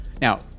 now